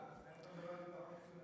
אז איך אתה מדבר על ביטחון תזונתי?